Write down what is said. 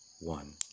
one